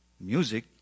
Music